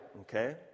okay